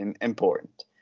Important